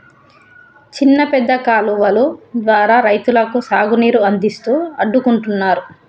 చిన్న పెద్ద కాలువలు ద్వారా రైతులకు సాగు నీరు అందిస్తూ అడ్డుకుంటున్నారు